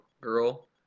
girl